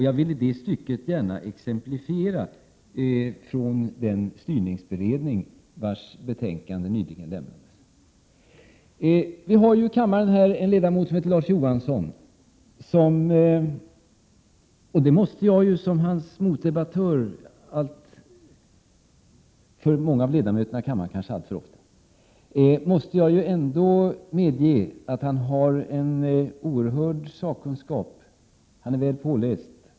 Jag vill i det stycket gärna ge exempel från den styrberedning vars betänkande nyligen avlämnades. Vi har i kammaren en ledamot som heter Larz Johansson som — och det måste jag medge, som alltför ofta är hans motdebattör här i kammaren — har en oerhörd sakkunskap. Han är väl påläst.